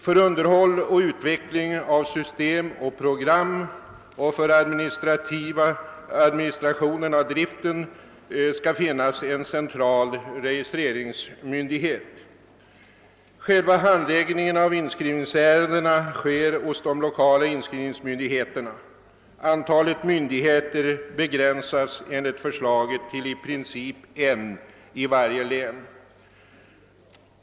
För underhåll och utveckling av system och program och för administration av driften skall finnas en central registreringsmyndighet. Själva handläggningen av inskrivningsärendena sker hos de lokala inskrivningsmyndigheterna. Antalet myndigheter begränsas enligt förslaget till i princip en i varje län.